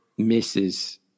Misses